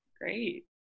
Great